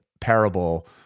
parable